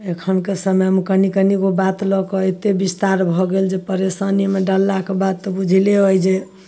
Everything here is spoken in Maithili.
एखनके समयमे कनि कनिगो बात लऽके एतेक विस्तार भऽ गेल जे परेशानीमे डाललाके बाद तऽ बुझले अइ जे